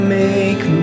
make